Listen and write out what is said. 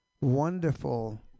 wonderful